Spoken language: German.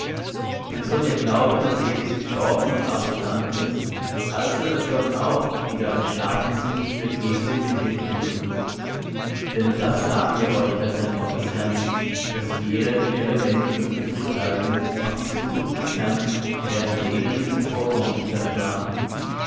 denn so wir glauben daß jesus gestorben und auferstanden ist also wird gott auch die da entschlafen sind durch jesum mit ihm führen denn das sagen wir euch als ein wort des herrn daß wir die wir leben und übrig bleiben auf die zukunft des herrn werden denen nicht zuvorkommen die da schlafen